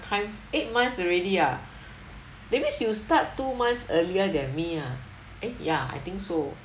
time eight months already ah that means you start two months earlier than me ah eh ya I think so